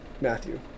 matthew